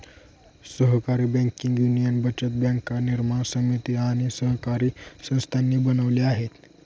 सहकारी banking union बचत बँका निर्माण समिती आणि सहकारी संस्थांनी बनवल्या आहेत